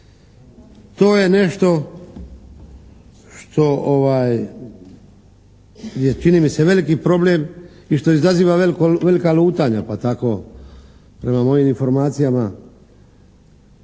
To je nešto što je čini mi se veliki problem i što izaziva velika lutanja pa tako prema mojim informacijama